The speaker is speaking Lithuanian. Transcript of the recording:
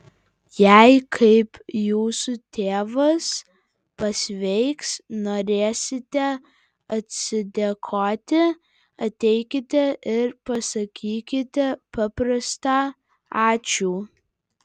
jei kaip jūsų tėvas pasveiks norėsite atsidėkoti ateikite ir pasakykite paprastą ačiū